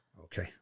Okay